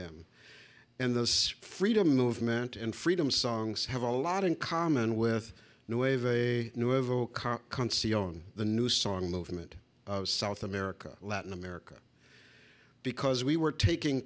them and this freedom movement and freedom songs have a lot in common with the way they knew of a car can see on the new song movement of south america latin america because we were taking